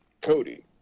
Cody